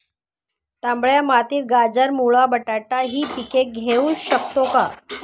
तांबड्या मातीत गाजर, मुळा, बटाटा हि पिके घेऊ शकतो का?